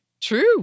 True